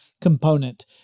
component